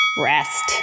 Rest